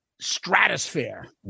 stratosphere